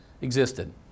existed